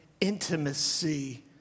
intimacy